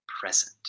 Present